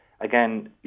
again